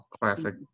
classic